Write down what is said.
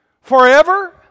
forever